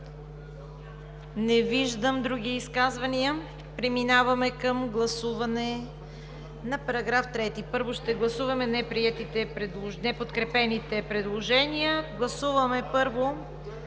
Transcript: Не виждам. Други изказвания? Не виждам. Преминаваме към гласуване на § 3. Първо ще гласуваме неподкрепените предложения. Гласуваме първо